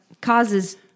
causes